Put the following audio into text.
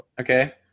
Okay